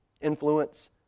influence